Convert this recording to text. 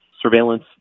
surveillance